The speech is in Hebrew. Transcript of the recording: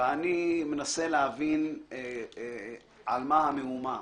ואני מנסה להבין על מה המהומה.